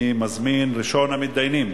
אני מזמין את ראשון המתדיינים,